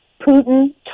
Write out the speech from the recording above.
Putin